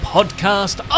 Podcast